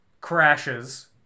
Crashes